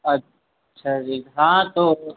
अच्छा जी हाँ तो